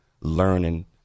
learning